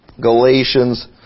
Galatians